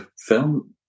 film